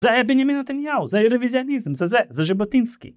זה היה בנימין נתניהו, זה היה רוויזיוניזם, זה זה, זה ז'בוטינסקי.